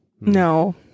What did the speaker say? No